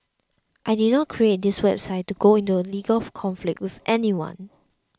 I did not create this website to go into a legal conflict with anyone